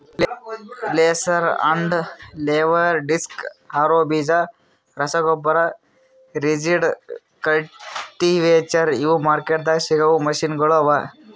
laser land leveller, disc harrow, ಬೀಜ ರಸಗೊಬ್ಬರ, rigid, cultivator ಇವು ಮಾರ್ಕೆಟ್ದಾಗ್ ಸಿಗವು ಮೆಷಿನಗೊಳ್ ಅವಾ